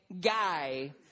guy